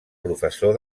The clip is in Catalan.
professor